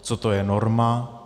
Co to je norma?